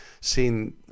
seen